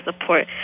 support